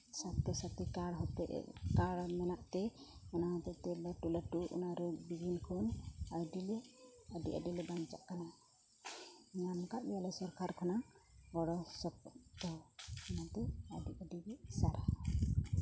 ᱥᱟᱥᱛᱷᱚ ᱥᱟᱛᱷᱤ ᱠᱟᱨᱰ ᱦᱚᱛᱮᱡ ᱠᱟᱨᱰ ᱢᱮᱱᱟᱜ ᱛᱮ ᱱᱚᱣᱟ ᱦᱚᱛᱮᱫ ᱛᱮ ᱞᱟᱹᱴᱩ ᱞᱟᱹᱴᱩ ᱚᱱᱟ ᱨᱳᱜᱽ ᱵᱤᱜᱷᱤᱱ ᱠᱚ ᱟᱹᱰᱤ ᱞᱮ ᱟᱹᱰᱤ ᱟᱹᱰᱤ ᱞᱮ ᱵᱟᱸᱧᱪᱟᱜ ᱠᱟᱱᱟ ᱧᱟᱢ ᱠᱟᱫ ᱜᱮᱭᱟ ᱞᱮ ᱥᱚᱨᱠᱟᱨ ᱠᱷᱚᱱᱟᱜ ᱜᱚᱲᱚ ᱥᱚᱯᱚᱦᱚᱫ ᱫᱚ ᱚᱱᱟᱛᱮ ᱟᱹᱰᱤ ᱟ ᱰᱤ ᱜᱮ ᱥᱟᱨᱦᱟᱣ